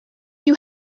you